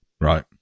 right